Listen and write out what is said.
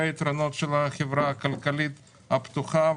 את היתרונות של החברה הכלכלית הפתוחה,